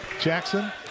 Jackson